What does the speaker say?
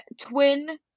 twin-